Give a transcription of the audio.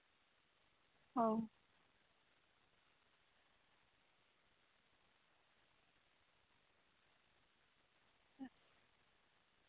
ᱦᱚᱸ